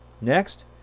Next